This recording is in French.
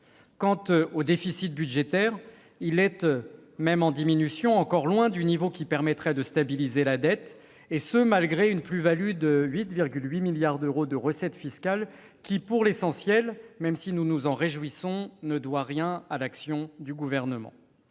Quant au déficit budgétaire, même en diminution, il est encore loin du niveau qui permettrait de stabiliser la dette, malgré une plus-value de 8,8 milliards d'euros de recettes fiscales, qui, pour l'essentiel, même si nous nous en réjouissons, ne doit rien à l'action du Gouvernement.